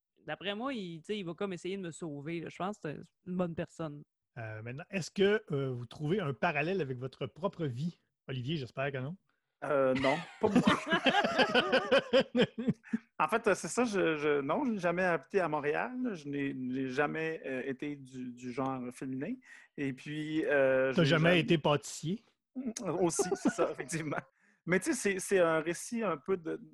D'après moi, il- tu sais, il va comme essayer de me sauver, là. Je pense que c'est une bonne personne. Euh, maintenant, est-ce que, euh, vous trouvez un parallèle avec votre propre vie? Olivier, j'espère que non. Euh, non, pas moi. En fait, c'est ça, je- je- non, je n'ai jamais habité à Montréal, je n'ai- je n'ai jamais, euh, été du- du genre féminin, et puis, euh, je T'as n'ai jamais jamais- été pâtissier? Aussi, c'est ça, effectivement. Mais tu sais, c'est- c'est un récit un peu de-